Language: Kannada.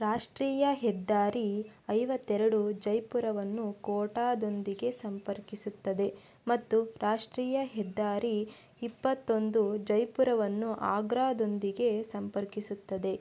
ರಾಷ್ಟ್ರೀಯ ಹೆದ್ದಾರಿ ಐವತ್ತೆರಡು ಜೈಪುರವನ್ನು ಕೋಟಾದೊಂದಿಗೆ ಸಂಪರ್ಕಿಸುತ್ತದೆ ಮತ್ತು ರಾಷ್ಟ್ರೀಯ ಹೆದ್ದಾರಿ ಇಪ್ಪತ್ತೊಂದು ಜೈಪುರವನ್ನು ಆಗ್ರಾದೊಂದಿಗೆ ಸಂಪರ್ಕಿಸುತ್ತದೆ